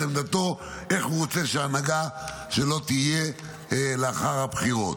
עמדתו איך הוא רוצה שההנהגה שלו תהיה לאחר הבחירות.